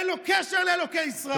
אין לו קשר לאלוקי ישראל,